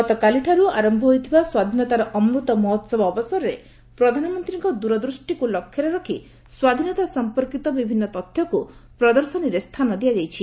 ଗତକାଲିଠାରୁ ଆରମ୍ଭ ହୋଇଥିବା ସ୍ୱାଧୀନତାର ଅମୃତ ମହୋହବ ଅବସରରେ ପ୍ରଧାନମନ୍ତ୍ରୀଙ୍କ ଦୂରଦୃଷ୍ଟିକୁ ଲକ୍ଷ୍ୟରେ ରଖି ସ୍ୱାଧୀନତା ସଂପର୍କିତ ବିଭିନ୍ନ ତଥ୍ୟକୁ ପ୍ରଦର୍ଶନୀ ସ୍ଥାନ ଦିଆଯାଇଛି